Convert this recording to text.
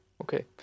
okay